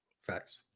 Facts